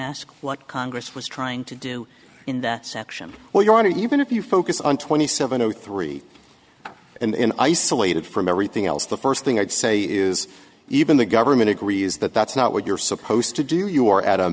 ask what congress was trying to do in that section where you aren't even if you focus on twenty seven zero three and in isolated from everything else the first thing i'd say is even the government agrees that that's not what you're supposed to do you are at a